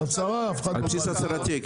זה על בסיס הצהרתי.